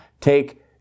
Take